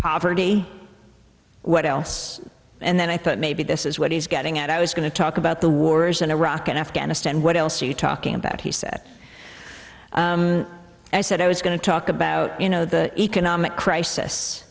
poverty what else and then i thought maybe this is what he's getting at i was going to talk about the wars in iraq and afghanistan what else are you talking about he said and i said i was going to talk about you know the economic crisis